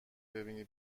ببینی